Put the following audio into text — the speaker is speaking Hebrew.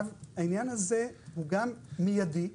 העניין הזה הוא גם מיידי.